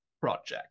project